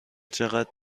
چقد